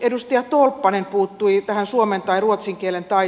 edustaja tolppanen puuttui tähän suomen tai ruotsin kielen tai